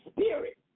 spirit